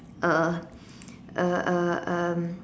uh uh uh um